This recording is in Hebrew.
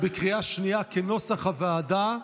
כנוסח הוועדה,